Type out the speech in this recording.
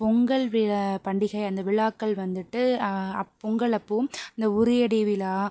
பொங்கல் விழ பண்டிகை அந்த விழாக்கள் வந்துவிட்டு அப் பொங்கல் அப்போ இந்த உறியடி விழா